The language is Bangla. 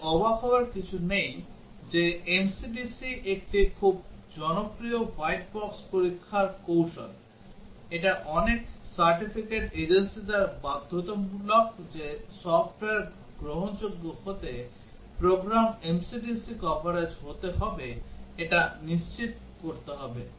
এতে অবাক হওয়ার কিছু নেই যে MCDC একটি খুব জনপ্রিয় হোয়াইট বক্স পরীক্ষার কৌশল এটা অনেক সার্টিফিকেট এজেন্সি দ্বারা বাধ্যতামূলক যে সফ্টওয়্যার গ্রহণযোগ্য হতে প্রোগ্রাম MCDC কভারেজ হতে হবে এটা নিশ্চিত করতে হবে